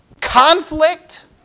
conflict